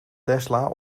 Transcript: tesla